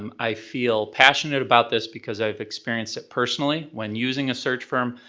um i feel passionate about this because i've experienced it personally when using a search firm.